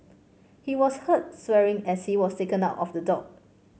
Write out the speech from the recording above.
he was heard swearing as he was taken out of the dock